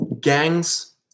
gangs